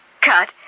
cut